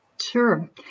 Sure